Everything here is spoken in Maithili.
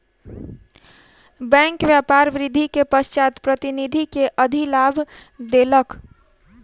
बैंक व्यापार वृद्धि के पश्चात प्रतिनिधि के अधिलाभ देलक